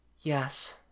Yes